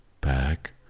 back